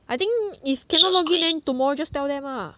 I think if cannot login then tomorrow just tell them ah